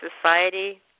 society